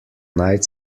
night